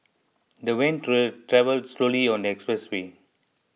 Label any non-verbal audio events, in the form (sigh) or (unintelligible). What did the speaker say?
the van (unintelligible) travelled slowly on the expressway